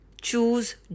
choose